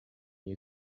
you